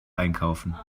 einkaufen